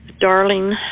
darling